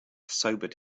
sobered